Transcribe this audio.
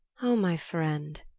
oh, my friend!